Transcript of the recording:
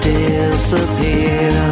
disappear